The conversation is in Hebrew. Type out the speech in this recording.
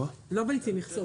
לא ביצים, מכסות.